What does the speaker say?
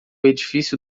edifício